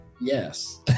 yes